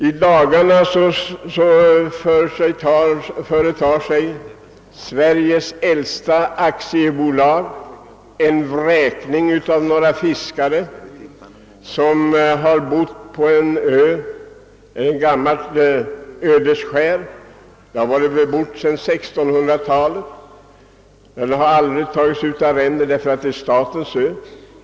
I dagarna vräker Sveriges äldsta aktiebolag några fiskare som har bott på ett gammalt ödeskär; det har varit bebott sedan 1600-talet. Det har aldrig tagits ut arrende därför att staten äger ön.